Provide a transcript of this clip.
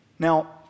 Now